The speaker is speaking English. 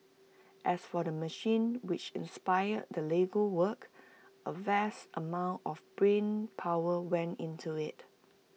as for the machine which inspired the Lego work A vast amount of brain power went into IT